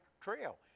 trail